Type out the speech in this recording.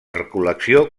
recol·lecció